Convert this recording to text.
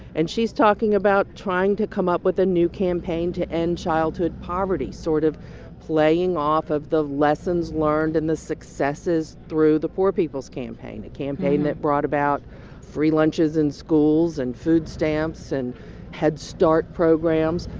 and she's talking about trying to come up with a new campaign to end childhood poverty, sort of playing off of the lessons learned and the successes through the poor people's campaign, a campaign that brought about free lunches in schools and food stamps and head start programs.